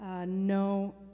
No